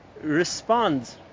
respond